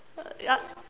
uh ya